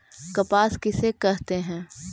कपास किसे कहते हैं?